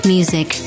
Music